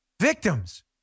Victims